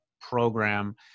program